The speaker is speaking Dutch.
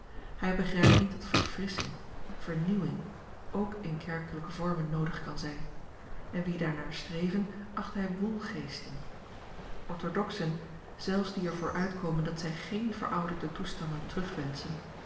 hij begrijpt niet dat verfrissching vernieuwing ook in kerkelijke vormen noodig kan zijn en wie daarnaar streven acht hij woelgeesten orthodoxen zelfs die er voor uitkomen dat zij geen verouderde toestanden